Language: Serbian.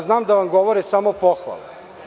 Znam da vam govore samo pohvale.